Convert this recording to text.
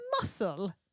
muscle